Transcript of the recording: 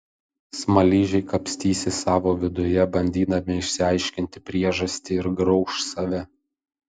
smaližiai kapstysis savo viduje bandydami išsiaiškinti priežastį ir grauš save